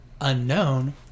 unknown